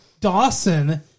Dawson